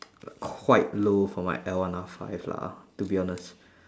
quite low for my L one R five lah ah to be honest